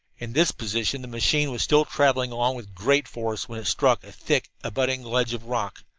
in this position the machine was still traveling along with great force when it struck a thick abutting ledge of rock.